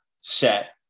set